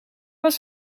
was